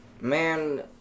Man